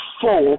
four